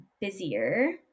busier